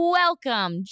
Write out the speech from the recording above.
welcome